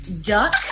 Duck